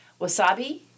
Wasabi